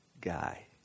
guy